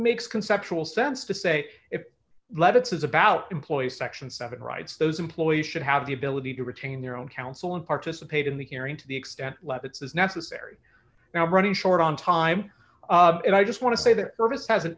makes conceptual sense to say if lettuce is about employees section seven rights those employees should have the ability to retain their own counsel and participate in the hearing to the extent leavitt's is necessary now running short on time and i just want to say th